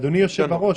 אדוני יושב-הראש,